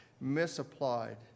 misapplied